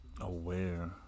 aware